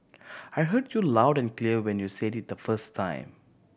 I heard you loud and clear when you said it the first time